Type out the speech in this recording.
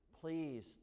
please